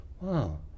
wow